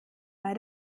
bei